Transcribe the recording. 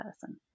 person